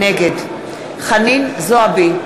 נגד חנין זועבי,